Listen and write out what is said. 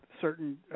certain